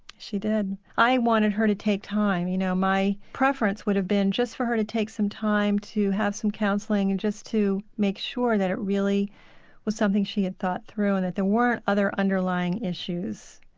she did. i wanted her to take time, you know my preference would have been just for her to take some time to have some counselling and just to make sure that it really was something she had thought through and that there weren't other underlying issues.